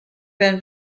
been